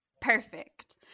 Perfect